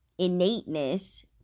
innateness